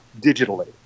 digitally